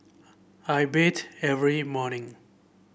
I bathe every morning